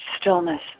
stillness